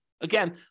Again